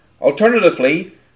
Alternatively